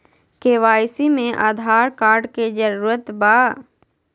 KYC में Aadhaar card के जरूरत बा?